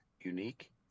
unique